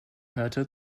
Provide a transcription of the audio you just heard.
hörte